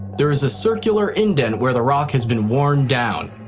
there's a circular indent where the rock has been worn down.